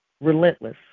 relentless